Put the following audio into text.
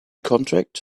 contract